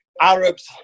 Arabs